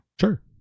sure